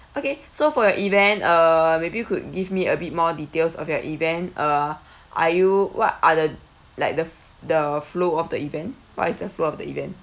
okay so for your event uh maybe you could give me a bit more details of your event uh are you what are the like the f~ the flow of the event what is the flow of the event